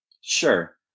Sure